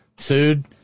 sued